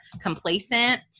complacent